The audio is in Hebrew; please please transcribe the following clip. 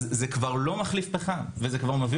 אז זה כבר לא מחליף פחם וזה כבר מביא